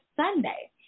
Sunday